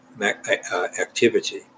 activity